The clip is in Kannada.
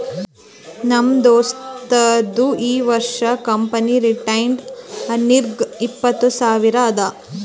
ನಮ್ ದೋಸ್ತದು ಈ ವರ್ಷ ಕಂಪನಿದು ರಿಟೈನ್ಡ್ ಅರ್ನಿಂಗ್ ಇಪ್ಪತ್ತು ಸಾವಿರ ಅದಾ